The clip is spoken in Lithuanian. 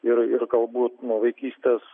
ir ir galbūt nuo vaikystės